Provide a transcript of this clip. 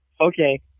Okay